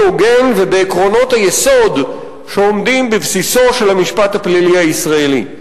הוגן ובעקרונות היסוד שעומדים בבסיסו של המשפט הפלילי הישראלי.